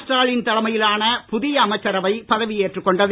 ஸ்டாலின் தலைமையிலான புதிய அமைச்சரவை பதவியேற்றுக் கொண்டது